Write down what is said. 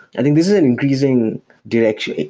i think this is an increasing direction.